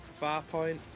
Farpoint